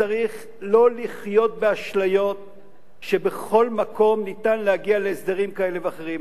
צריך לא לחיות באשליות שבכל מקום אפשר להגיע להסדרים כאלה ואחרים,